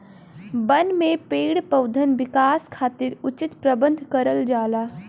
बन में पेड़ पउधन विकास खातिर उचित प्रबंध करल जाला